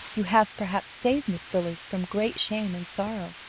you have perhaps saved miss villers from great shame and sorrow,